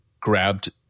Grabbed